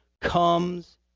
comes